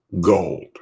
gold